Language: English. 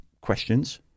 questions